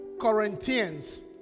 Corinthians